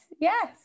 yes